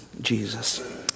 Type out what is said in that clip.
Jesus